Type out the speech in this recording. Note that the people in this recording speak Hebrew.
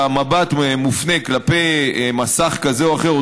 שהמבט מופנה כלפי מסך כזה או אחר או